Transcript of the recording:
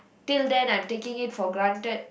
till them I'm taking it for granted